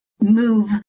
Move